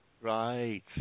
Right